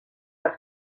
els